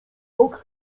rok